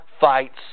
fights